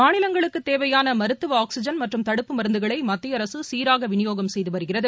மாநிலங்களுக்குத் தேவையானமருத்துவ ஆஸ்ஸ்ஐன் மற்றம் தடுப் மருந்துகளைமத்தியஅரசுசீராகவிநியோகம் செய்துவருகிறது